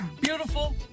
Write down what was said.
beautiful